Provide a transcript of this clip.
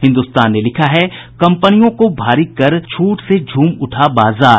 हिन्दुस्तान ने लिखा है कंपनियों को भारी कर छूट से झूम उठा बाजार